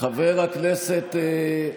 חבר הכנסת,